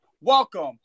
Welcome